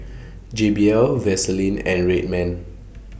J B L Vaseline and Red Man